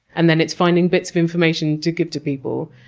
and then it's finding bits of information to give to people.